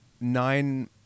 nine